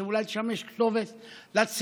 שאולי שם יש כתובת לצעירים?